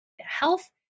health